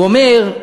הוא אומר,